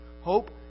hope